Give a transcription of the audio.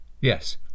yes